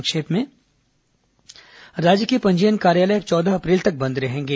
संक्षिप्त समाचार राज्य के पंजीयन कार्यालय अब चौदह अप्रैल तक बंद रहेंगे